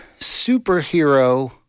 superhero